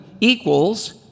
equals